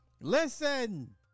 Listen